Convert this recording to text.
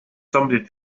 somebody